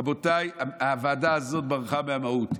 רבותיי, הוועדה הזאת ברחה מהמהות.